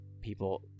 people